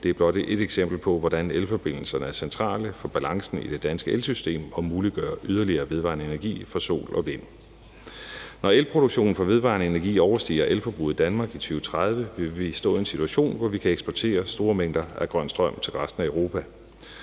Det er blot ét eksempel på, hvordan elforbindelserne er centrale for balancen i det danske elsystem og muliggør yderligere vedvarende energi fra sol og vind. Når elproduktionen fra vedvarende energi overstiger elforbruget i Danmark i 2030, vil vi stå i en situation, hvor vi kan eksportere store mængder grøn strøm til resten af Europa.